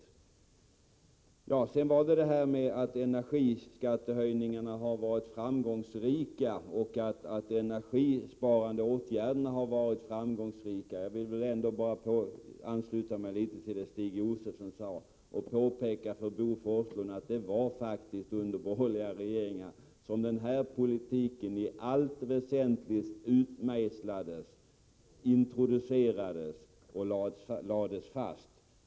Sedan menade Bo Forslund att såväl energiskattehöjningarna som de energisparande åtgärderna har varit framgångsrika. Jag vill ansluta mig till det som Stig Josefson sade och påpeka för Bo Forslund att det faktiskt var under borgerliga regeringar som denna politik i allt väsentligt utmejslades, introducerades och lades fast.